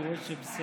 אני רואה שבסדר.